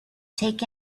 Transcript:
take